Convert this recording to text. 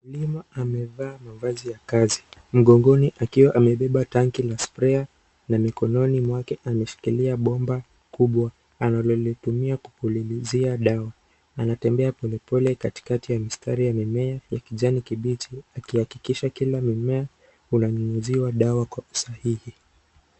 Mkulima amevaa mavazi ya kazi, mgongoni akiwa amebeba tanki la sprayer na mikononi mwake ameshikilia bomba kubwa analolitumia kupulilizia dawa anatembea polepole misitari ya mimea ya kijani kibichi akihakikisha kila mmea unanyunyuziwa dawa kwa usahihi.